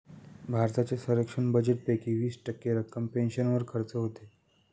भारताच्या संरक्षण बजेटपैकी वीस टक्के रक्कम पेन्शनवर खर्च होते